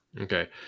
okay